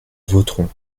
voterons